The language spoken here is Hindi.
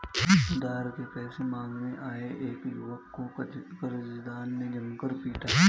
उधार के पैसे मांगने आये एक युवक को कर्जदार ने जमकर पीटा